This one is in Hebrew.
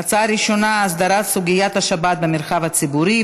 הנושא הראשון: הסדרת סוגיית השבת במרחב הציבורי,